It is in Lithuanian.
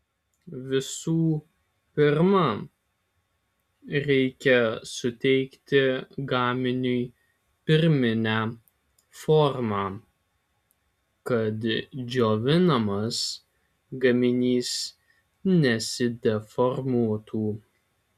visų pirma reikia suteikti gaminiui pirminę formą kad džiovinamas gaminys nesideformuotų